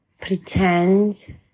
pretend